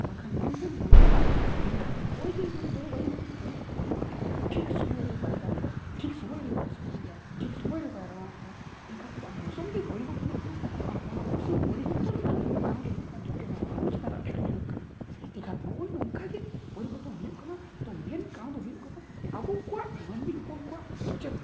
ᱵᱟᱝᱠᱷᱟᱱ ᱵᱟᱝ ᱵᱚᱱ ᱵᱚᱱᱚᱫᱚᱞᱼᱟ ᱮᱱᱠᱷᱟᱱ ᱫᱚ ᱱᱚᱜᱼᱚᱭ ᱡᱮ ᱢᱟᱱᱮ ᱡᱚᱞᱚᱵᱟᱭᱩ ᱢᱤᱫᱴᱤᱡ ᱯᱚᱨᱤᱵᱚᱨᱛᱚᱱ ᱦᱩᱭᱩᱜ ᱠᱟᱱᱟ ᱴᱷᱤᱠ ᱥᱚᱢᱚᱭᱨᱮ ᱵᱟᱭ ᱫᱟᱜ ᱮᱫᱟ ᱴᱷᱤᱠ ᱥᱚᱢᱚᱭᱨᱮ ᱵᱟᱭ ᱥᱤᱛᱩᱝ ᱮᱫᱟ ᱴᱷᱤᱠ ᱥᱚᱢᱚᱭ ᱨᱮ ᱵᱟᱭ ᱨᱟᱵᱟᱝᱚᱜ ᱠᱟᱱᱟ ᱮᱱᱠᱷᱟᱱ ᱟᱡᱟᱜ ᱢᱚᱥᱚᱢ ᱜᱮ ᱯᱚᱨᱤᱵᱚᱨᱛᱚᱱᱚᱜ ᱠᱟᱱᱟ ᱟᱨ ᱚᱱᱟ ᱢᱚᱥᱚᱢ ᱯᱚᱨᱤᱵᱚᱨᱛᱚᱱ ᱨᱮᱱᱟᱜ ᱠᱟᱨᱚᱱ ᱫᱚ ᱦᱩᱭᱩᱜ ᱠᱟᱱᱟ ᱡᱚᱛᱚ ᱱᱚᱣᱟ ᱦᱚᱲᱢᱚ ᱪᱮᱛᱟᱱ ᱨᱮ ᱧᱩᱨᱩᱜ ᱠᱟᱱᱟ ᱮᱱᱠᱷᱟᱱ ᱱᱚᱜᱼᱚᱭ ᱱᱚᱝᱠᱟ ᱜᱮ ᱯᱚᱨᱤᱵᱚᱨᱛᱚᱱ ᱦᱩᱭᱩᱜ ᱠᱟᱱᱟ ᱛᱚ ᱠᱟᱨᱚᱱ ᱫᱚ ᱦᱩᱭᱩᱜ ᱠᱟᱱᱟ ᱟᱵᱚ ᱠᱚᱣᱟᱜ ᱢᱟᱹᱱᱢᱤ ᱦᱚᱯᱚᱱ ᱠᱚᱣᱟ ᱥᱚᱪᱮᱛᱚᱱ